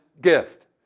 gift